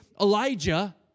Elijah